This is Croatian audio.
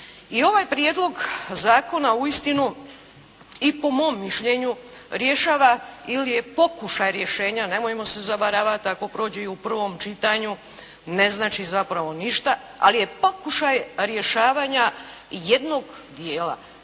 ovaj prijedlog zakona uistinu i po mom mišljenju rješava ili je pokušaj rješenja, nemojmo se zavaravat ako prođe i u prvom čitanju, ne znači zapravo ništa, ali je pokušaj rješavanja jednog dijela.